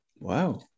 Wow